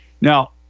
Now